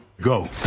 Go